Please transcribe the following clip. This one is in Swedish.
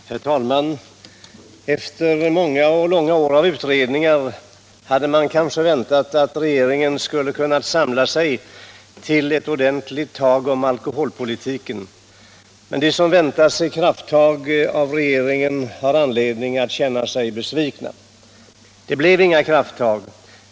Herr talman! Efter många och långa år av utredningar hade man kanske väntat att regeringen skulle ha kunnat samla sig till ett ordentligt tag om alkoholpolitiken. Men de som väntat sig krafttag av regeringen har anledning att känna sig besvikna. Det blev inga krafttag.